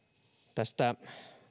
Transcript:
tästä